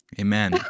Amen